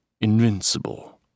invincible